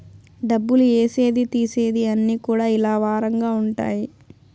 డబ్బులు ఏసేది తీసేది అన్ని కూడా ఇలా వారంగా ఉంటాయి